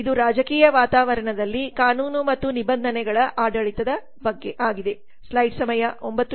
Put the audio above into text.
ಇದು ರಾಜಕೀಯ ವಾತಾವರಣದಲ್ಲಿ ಕಾನೂನು ಮತ್ತು ನಿಬಂಧನೆಗಳ ಆಡಳಿತದ ಬಗ್ಗೆ